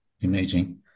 imaging